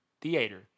theater